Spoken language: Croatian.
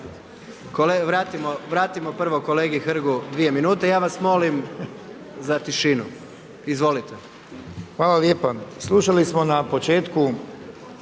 Vratimo prvo kolegi Hrgu 2 minute. Ja vas molim za tišinu. Izvolite. **Hrg, Branko (HDS)** Hvala lijepo. Slušali smo na početku,